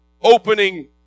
opening